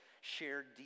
shared